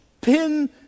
pin